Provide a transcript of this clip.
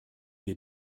wir